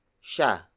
sha